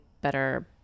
better